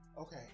okay